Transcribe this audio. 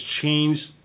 changed